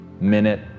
minute